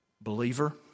believer